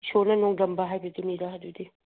ꯏꯁꯣꯔꯅ ꯅꯣꯡꯗꯝꯕ ꯍꯥꯏꯕꯗꯨꯅꯤꯗ ꯑꯗꯨꯗꯤ